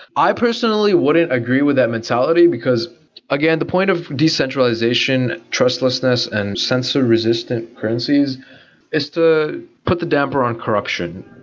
i personally wouldn't agree with that mentality, because again, the point of decentralization, trustlesness and sensor-resistant premises is to put the damper on corruption,